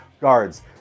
guards